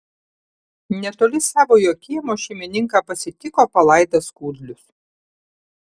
netoli savojo kiemo šeimininką pasitiko palaidas kudlius